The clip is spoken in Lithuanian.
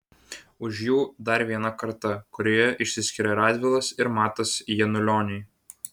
už jų dar viena karta kurioje išsiskiria radvilas ir matas janulioniai